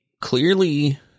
clearly